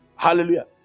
Hallelujah